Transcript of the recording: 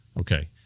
Okay